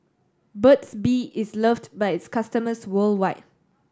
Burt's Bee is loved by its customers worldwide